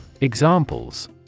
Examples